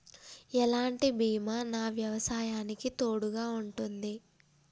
ఎలాంటి బీమా నా వ్యవసాయానికి తోడుగా ఉంటుంది?